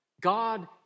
God